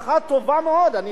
אני לא מתריס,